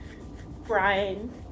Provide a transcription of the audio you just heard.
Brian